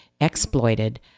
exploited